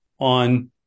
on –